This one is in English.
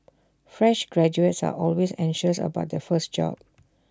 fresh graduates are always anxious about their first job